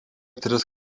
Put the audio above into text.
tris